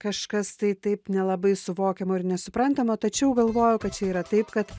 kažkas tai taip nelabai suvokiamo ir nesuprantamo tačiau galvoju kad čia yra taip kad